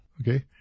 Okay